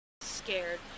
scared